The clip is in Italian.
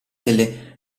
delle